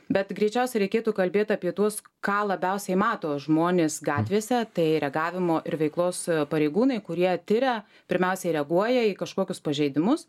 bet greičiausiai reikėtų kalbėt apie tuos ką labiausiai mato žmonės gatvėse tai reagavimo ir veiklos pareigūnai kurie tiria pirmiausiai reaguoja į kažkokius pažeidimus